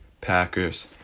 Packers